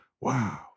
wow